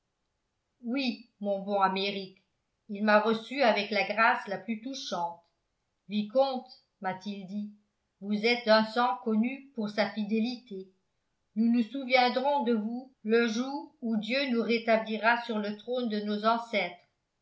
oui mon bon améric et il m'a reçu avec la grâce la plus touchante vicomte m'a-t-il dit vous êtes d'un sang connu pour sa fidélité nous nous souviendrons de vous le jour où dieu nous rétablira sur le trône de nos ancêtres